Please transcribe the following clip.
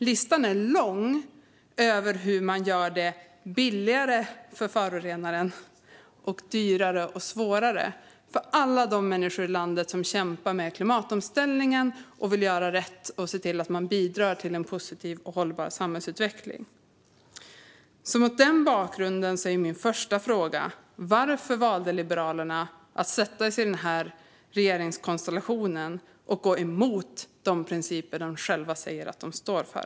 Listan är lång över hur man gör det billigare för förorenaren och dyrare och svårare för alla människor i landet som kämpar med klimatomställningen och som vill göra rätt och bidra till en positiv och hållbar samhällsutveckling. Mot denna bakgrund är min första fråga: Varför valde Liberalerna att sätta sig i denna regeringskonstellation och gå emot de principer som de själva säger att de står för?